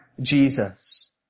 Jesus